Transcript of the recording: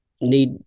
need